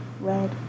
red